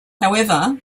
however